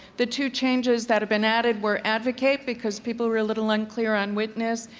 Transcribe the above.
the two changes that have been added were advocate, because people were a little unclear on witness.